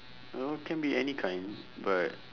you know can be any kind but